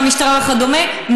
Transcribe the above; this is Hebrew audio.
המשטרה וכדומה,